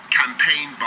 campaign